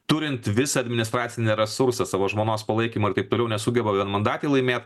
turint visą administracinį resursą savo žmonos palaikymą ir taip toliau nesugeba vienmandatėj laimėt